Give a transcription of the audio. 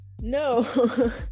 no